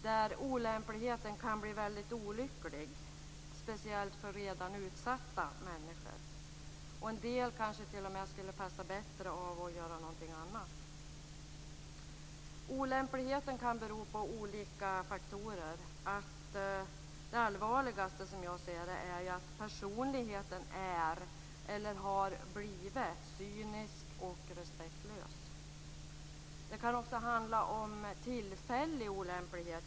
Där kan olämpligheten bli väldigt olycklig, speciellt för redan utsatta människor. En del skulle kanske t.o.m. passa bättre att göra någonting annat. Olämpligheten kan bero på olika faktorer. Det allvarligaste som jag ser det är att personligheten är eller har blivit cynisk och respektlös. Det kan också handla om tillfällig olämplighet.